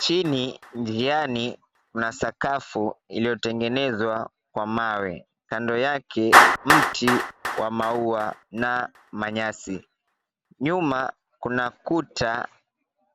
Chini, njiani kuna sakafu iliyotengenezwa kwa mawe, kando yake mti wa maua na manyasi. Nyuma kuna kuta